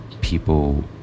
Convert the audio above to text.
People